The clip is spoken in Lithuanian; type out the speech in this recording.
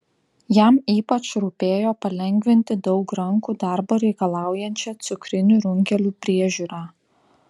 jam ypač rūpėjo palengvinti daug rankų darbo reikalaujančią cukrinių runkelių priežiūrą